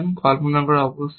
কল্পনা করা আবশ্যক